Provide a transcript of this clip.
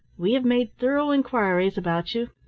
we have made thorough inquiries about you,